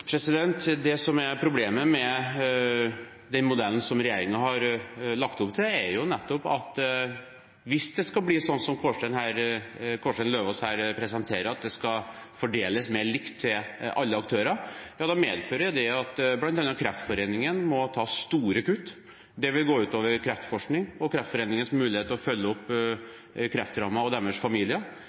Det som er problemet med den modellen som regjeringen har lagt opp til, er nettopp at hvis det skal bli sånn som Eidem Løvaas her presenterer, at det skal fordeles mer likt til alle aktørene, medfører det at bl.a. Kreftforeningen må ta store kutt. Det vil gå ut over kreftforskning og Kreftforeningens mulighet til å følge opp kreftrammede og deres familier.